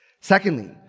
Secondly